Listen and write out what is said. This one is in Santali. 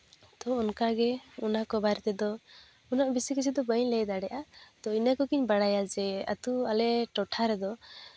ᱚᱱᱠᱟᱜᱮ ᱚᱱᱟ ᱠᱚ ᱵᱟᱨᱮ ᱛᱮᱫᱚ ᱩᱱᱟᱹᱜ ᱵᱮᱥᱤ ᱠᱤᱪᱷᱩ ᱫᱚ ᱵᱟᱹᱧ ᱞᱟᱹᱭ ᱫᱟᱲᱮᱭᱟᱜᱼᱟ ᱛᱚ ᱤᱱᱟᱹ ᱠᱚᱜᱮᱧ ᱵᱟᱲᱟᱭᱟ ᱡᱮ ᱟᱛᱳ ᱟᱞᱮ ᱴᱚᱴᱷᱟ ᱨᱮᱫᱚ